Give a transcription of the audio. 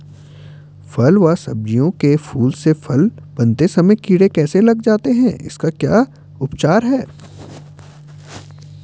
फ़ल व सब्जियों के फूल से फल बनते समय कीड़े कैसे लग जाते हैं इसका क्या उपचार है?